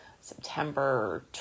September